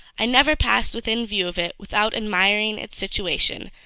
i never passed within view of it without admiring its situation,